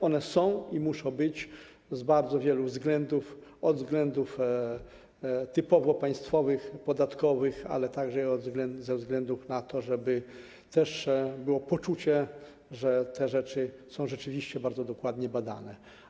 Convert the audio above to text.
One są i muszą być z bardzo wielu względów: ze względów typowo państwowych, podatkowych, ale także i ze względu na to, żeby było poczucie, że te sprawy są rzeczywiście bardzo dokładnie badane.